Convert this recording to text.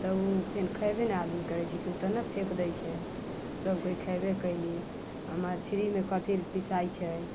तऽ ओ फेर खएबे ने आदमी करैत छै किओ तऽ नहि फेकि दै छै सभ कोइ खयबे कयली आ मछलीमे कथी पिसाइत छै